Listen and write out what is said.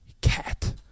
cat